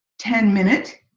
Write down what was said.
ten minutes.